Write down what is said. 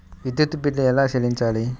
విద్యుత్ బిల్ ఎలా చెల్లించాలి?